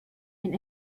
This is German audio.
ein